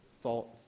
thought